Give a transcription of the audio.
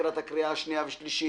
לקראת הקריאה השנייה והשלישית.